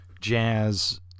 jazz